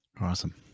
Awesome